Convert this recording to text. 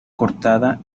cortada